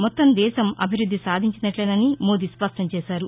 మొత్తం దేశం అభివృద్ది సాధించినట్లేనని మోదీ స్పష్టం చేశారు